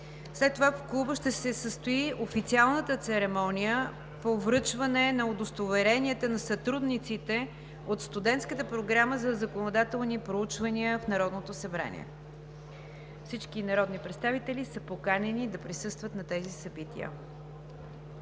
След това в Клуба ще се състои официалната церемония по връчване на удостоверенията на сътрудниците от Студентската програма за законодателни проучвания в Народното събрание. Всички народни представители са поканени да присъстват на тези събития.